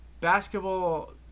Basketball